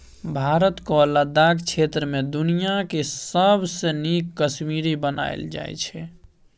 भारतक लद्दाख क्षेत्र मे दुनियाँक सबसँ नीक कश्मेरे बनाएल जाइ छै